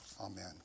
Amen